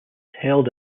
held